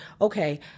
okay